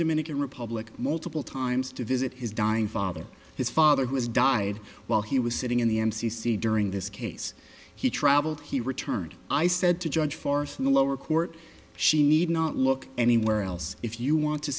dominican republic multiple times to visit his dying father his father who has died while he was sitting in the m c c during this case he traveled he returned i said to judge force in the lower court she need not look anywhere else if you want to